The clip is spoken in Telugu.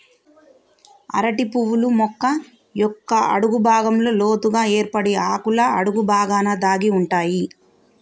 అరటి పువ్వులు మొక్క యొక్క అడుగు భాగంలో లోతుగ ఏర్పడి ఆకుల అడుగు బాగాన దాగి ఉంటాయి